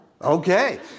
Okay